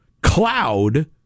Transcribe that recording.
cloud